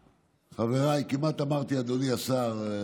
חבריי, כמעט אמרתי "אדוני השר",